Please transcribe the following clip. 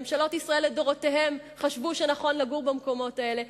ממשלות ישראל לדורותיהן חשבו שנכון לגור במקומות האלה,